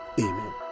Amen